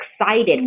excited